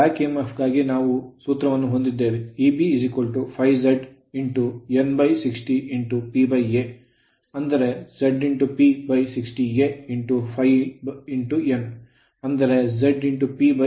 Back EMF back EMF ಗಾಗಿ ನಾವು ಸೂತ್ರವನ್ನು ಹೊಂದಿದ್ದೇವೆ Eb ∅ Z N 60 P A ಅಂದರೆ ZP 60A ∅ N